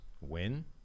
win